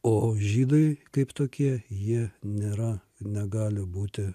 o žydai kaip tokie jie nėra negali būti